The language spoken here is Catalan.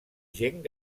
gent